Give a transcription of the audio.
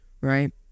Right